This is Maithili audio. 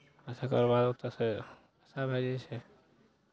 तकरबाद ओतयसँ सभ आबि जाइ छै